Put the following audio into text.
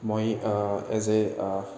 মই এজ এ